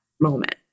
moment